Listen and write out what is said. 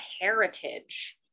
heritage